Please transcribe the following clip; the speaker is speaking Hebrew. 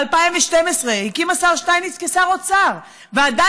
ב-2012 הקים השר שטייניץ כשר אוצר ועדה